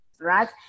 Right